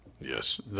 Yes